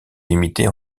limitée